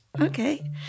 Okay